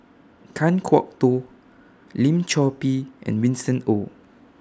Kan Kwok Toh Lim Chor Pee and Winston Oh